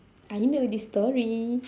I know this story